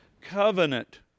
covenant